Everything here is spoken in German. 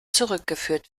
zurückgeführt